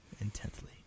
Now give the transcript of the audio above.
Intently